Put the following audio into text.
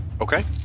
Okay